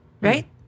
Right